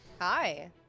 Hi